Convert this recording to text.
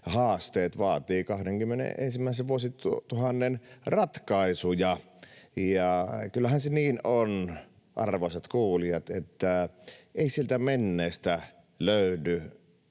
haasteet vaativat 21. ensimmäisen vuosisadan ratkaisuja. Kyllähän se niin on, arvoisat kuulijat, että ei sieltä menneistä löydy